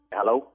hello